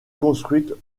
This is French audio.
construite